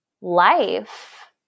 life